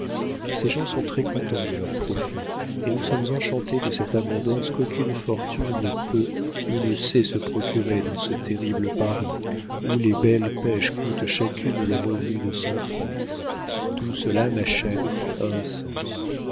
ces gens sont très contents de leurs profits et nous sommes enchantés de cette abondance qu'aucune fortune ne peut ou ne sait se procurer dans ce terrible paris où les belles pêches coûtent chacune le revenu de cent francs tout cela ma chère